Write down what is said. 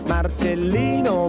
Marcellino